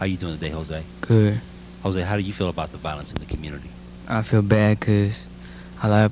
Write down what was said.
how you doing today jose jose how do you feel about the violence